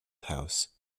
house